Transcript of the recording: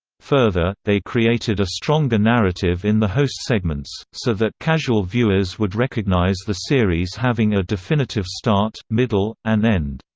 further, they created a stronger narrative in the host segments, so that casual viewers would recognize the series having a definitive start, middle, and end.